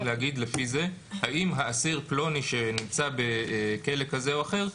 להגיד לפי זה האם האסיר פלוני שנמצא בכלא כזה או אחר,